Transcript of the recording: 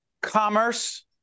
Commerce